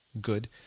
good